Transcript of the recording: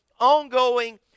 ongoing